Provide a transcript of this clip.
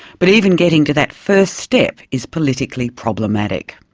but even getting to that first step is politically problematic.